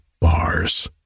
bars